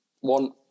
one